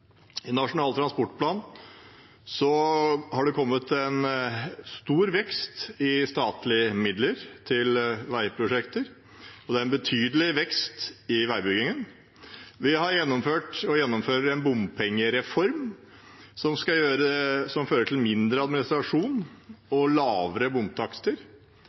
I Nasjonal transportplan har det kommet en stor vekst i statlige midler til veiprosjekter, og det er en betydelig vekst i veibyggingen. Vi har gjennomført og gjennomfører en bompengereform som fører til mindre administrasjon og lavere bomtakster.